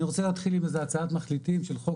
אני רוצה להתחיל עם איזה הצעת מחליטים של חוק